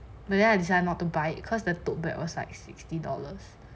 but then I decided not to buy it because the tote bag was like sixty dollars